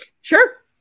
Sure